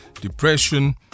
depression